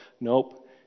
Nope